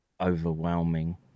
overwhelming